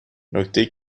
نکته